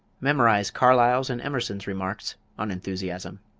memorize carlyle's and emerson's remarks on enthusiasm.